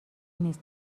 نیست